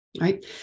right